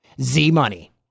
Z-Money